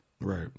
right